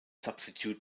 substitute